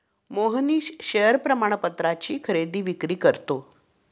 Mohnish share प्रमाणपत्राची खरेदी विक्री करतो